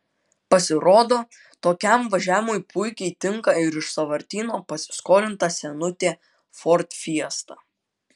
pasirodo tokiam važiavimui puikiai tinka ir iš sąvartyno pasiskolinta senutė ford fiesta